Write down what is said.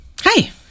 Hi